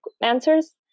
answers